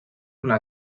una